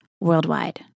worldwide